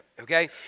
okay